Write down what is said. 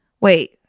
Wait